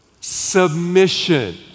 submission